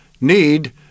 need